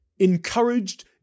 encouraged